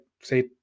say